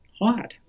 hot